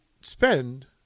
spend